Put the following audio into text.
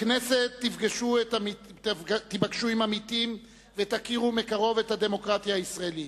בכנסת תיפגשו עם עמיתים ותכירו מקרוב את הדמוקרטיה הישראלית.